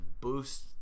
boost